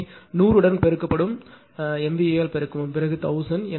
எனவே 100 உடன் பெருக்கப்படும் MVA ஆல் பெருக்கவும் பிறகு 1000